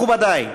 מכובדי,